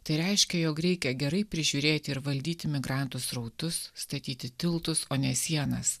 tai reiškia jog reikia gerai prižiūrėti ir valdyti migrantų srautus statyti tiltus o ne sienas